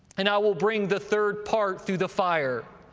and i will bring the third part through the fire,